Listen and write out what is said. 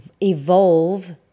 evolve